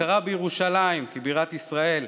הכרה בירושלים כבירת ישראל,